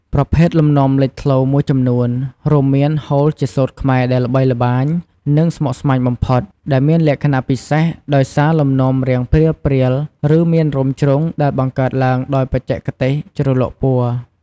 ប្រភេទលំនាំលេចធ្លោមួយចំនួនរួមមានហូលជាសូត្រខ្មែរដែលល្បីល្បាញ និងស្មុគស្មាញបំផុត ដែលមានលក្ខណៈពិសេសដោយសារលំនាំរាងព្រាលៗ ឬមានរោមជ្រុង ដែលបង្កើតឡើងដោយបច្ចេកទេសជ្រលក់ពណ៌។